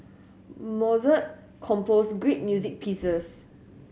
Mozart composed great music pieces